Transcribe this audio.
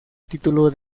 título